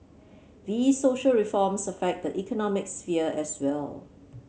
these social reforms affect the economic sphere as well